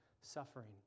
suffering